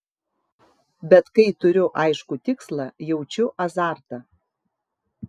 bet kai turiu aiškų tikslą jaučiu azartą